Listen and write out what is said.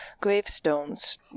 gravestones